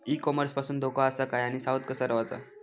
E commerce पासून धोको आसा काय आणि सावध कसा रवाचा?